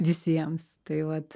visiems tai vat